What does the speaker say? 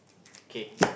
kay